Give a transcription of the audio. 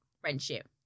friendship